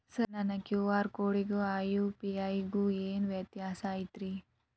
Sir ನನ್ನ QR ಕೊಡಿಗೂ ಆ ಯು.ಪಿ.ಐ ಗೂ ಏನ್ ವ್ಯತ್ಯಾಸ ಐತ್ರಿ?